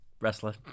wrestler